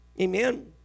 Amen